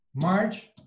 March